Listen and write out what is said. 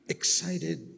excited